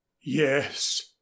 Yes